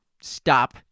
stop